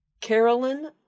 Carolyn